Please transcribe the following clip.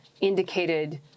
indicated